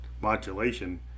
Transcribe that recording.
modulation